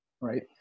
Right